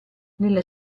nella